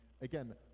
again